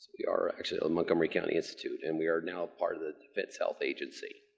we are actually a montgomery county institute and we are now part of the defense health agency.